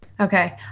Okay